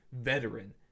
veteran